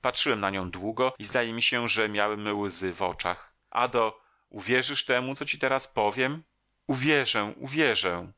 patrzyłem na nią długo i zdaje mi się że miałem łzy w oczach ado uwierzysz temu co ci teraz powiem uwierzę uwierzę